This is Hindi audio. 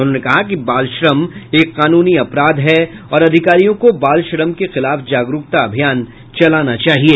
उन्होंने कहा कि बाल श्रम एक कानूनी अपराध है और अधिकारियों को बाल श्रम के खिलाफ जागरूकता अभियान चलाना चाहिये